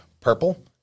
purple